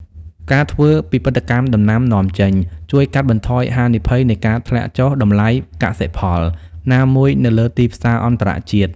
ការធ្វើពិពិធកម្មដំណាំនាំចេញ ជួយកាត់បន្ថយហានិភ័យនៃការធ្លាក់ចុះតម្លៃកសិផលណាមួយនៅលើទីផ្សារអន្តរជាតិ។